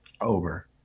Over